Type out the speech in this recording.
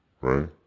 right